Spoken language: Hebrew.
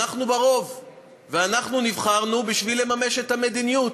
אנחנו רוב ואנחנו נבחרנו בשביל לממש את המדיניות.